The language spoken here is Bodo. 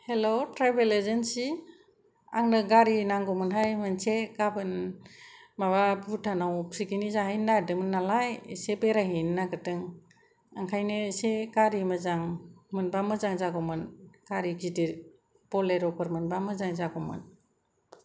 हेल' ट्रेभेल एजेन्सि आंनो गारि नांगौमोनहाय मोनसे गाबोन माबा भुटानाव पिकनिक जाहैनो नागेरदोंमोन नालाय एसे बेरायहैनो नागेरदों ओंखायनो एसे गारि मोजां मोनबा मोजां जागौमोन गारि गिदिर बलेर' फोर मोनबा मोजां जागौमोन